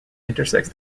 intersects